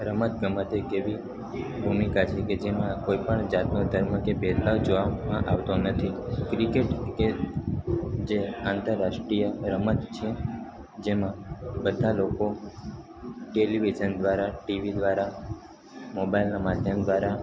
રમત ગમત એક એવી ભૂમીકા છે કે જેમાં કોઈપણ જાતનો ધર્મ કે ભેદભાવ જોવામાં આવતો નથી ક્રિકેટ કે જે આંતરરાષ્ટ્રીય રમત છે જેમાં બધા લોકો ટેલિવિઝન દ્વારા ટીવી દ્વારા મોબાઇલનાં માધ્યમ દ્વારા